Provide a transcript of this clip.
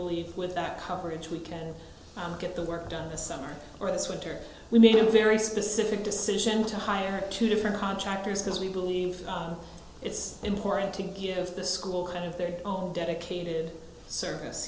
believe with that coverage we can get the work done in the summer or this winter we made a very specific decision to hire two different contractors because we believe it's important to give the school kind of their own dedicated service